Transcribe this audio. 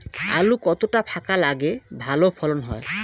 আলু কতটা ফাঁকা লাগে ভালো ফলন হয়?